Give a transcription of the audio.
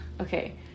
Okay